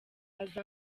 azi